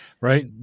Right